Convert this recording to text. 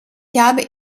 habe